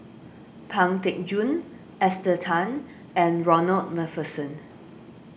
Pang Teck Joon Esther Tan and Ronald MacPherson